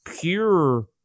pure